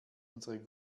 unsere